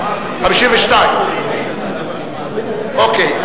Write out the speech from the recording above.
152. אוקיי.